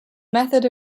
method